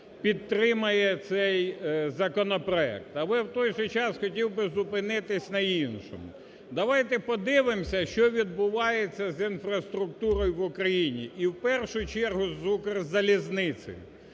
підтримає цей законопроект. Але в той же час хотів би зупинитись на іншому, давайте подивимося, що відбувається з інфраструктурою в Україні і в першу чергу з "Укрзалізницею".